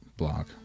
Block